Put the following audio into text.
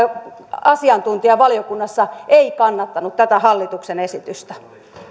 asiantuntija valiokunnassa ei kannattanut tätä hallituksen esitystä